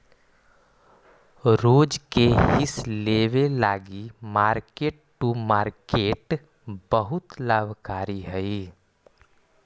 रोज के हिस लेबे लागी मार्क टू मार्केट बहुत लाभकारी हई